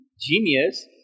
genius